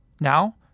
Now